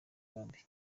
yombi